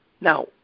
Now